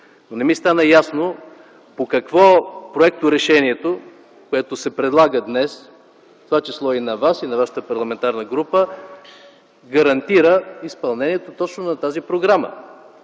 Не ми стана ясно по какво проекторешението, предлагано днес, в това число и на Вас, на вашата парламентарна група, гарантира изпълнението точно на тази програма.